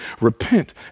repent